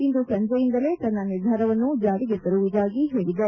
ಇಂದು ಸಂಜೆಯಿಂದಲೇ ತನ್ನ ನಿರ್ಧಾರವನ್ನು ಜಾರಿಗೆ ತರುವುದಾಗಿ ಹೇಳಿದೆ